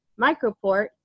Microport